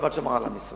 השבת שמרה על עם ישראל.